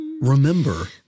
remember